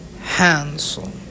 Hansel